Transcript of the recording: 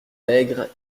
maigres